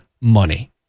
Money